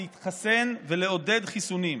להתחסן ולעודד חיסונים.